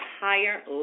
Higher